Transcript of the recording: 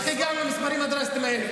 איך הגענו למספרים הדרסטיים האלה?